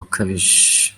ukabije